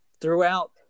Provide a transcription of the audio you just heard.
throughout